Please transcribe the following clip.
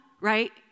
right